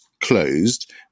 closed